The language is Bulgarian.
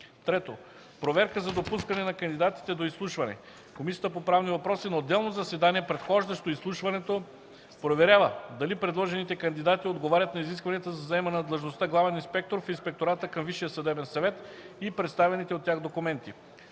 3. Проверка за допускане на кандидатите до изслушване. Комисията по правни въпроси на отделно заседание, предхождащо изслушването, проверява дали предложените кандидати отговарят на изискванията за заемане на длъжността главен инспектор в Инспектората към Висшия съдебен съвет и представените от тях документи.